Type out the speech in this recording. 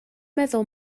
meddwl